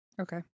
okay